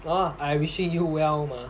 !wah! I wishing you well mah